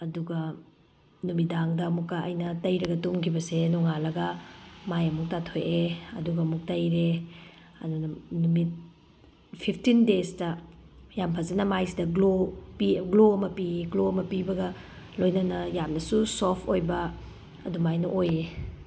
ꯑꯗꯨꯒ ꯅꯨꯃꯤꯗꯥꯡꯗ ꯑꯃꯨꯛꯀ ꯑꯩꯅ ꯇꯩꯔꯒ ꯇꯨꯝꯒꯤꯕꯁꯦ ꯅꯣꯡꯉꯥꯟꯂꯒ ꯃꯥꯏ ꯑꯃꯨꯛ ꯇꯥꯊꯣꯛꯑꯦ ꯑꯗꯨꯒ ꯑꯃꯨꯛ ꯇꯩꯔꯦ ꯑꯗꯨꯅ ꯅꯨꯃꯤꯠ ꯐꯤꯐꯇꯤꯟ ꯗꯦꯖꯇ ꯌꯥꯝ ꯐꯖꯅ ꯃꯥꯏꯁꯤꯗ ꯒ꯭ꯂꯣ ꯄꯤ ꯒ꯭ꯂꯣ ꯑꯃ ꯄꯤ ꯒ꯭ꯂꯣ ꯑꯃ ꯄꯤꯕꯒ ꯂꯣꯏꯅꯅ ꯌꯥꯝꯅꯁꯨ ꯁꯣꯐ ꯑꯣꯏꯕ ꯑꯗꯨꯃꯥꯏꯅ ꯑꯣꯏꯌꯦ